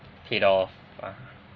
paid off ah